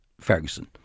Ferguson